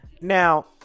Now